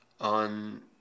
on